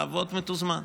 לעבוד מתוזמן.